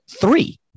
three